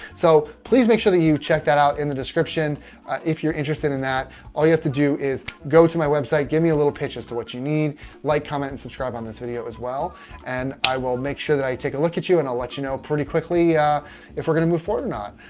so, please make sure that you check out in the description if you're interested in that all you have to do is go to my website. give me a little pitch as to what you need like comment and subscribe on this video as well and i will make sure that i take a look at you and i'll let you know pretty quickly if we're going to move forward or not.